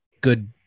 good